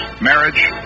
marriage